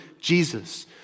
Jesus